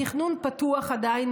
התכנון פתוח עדיין,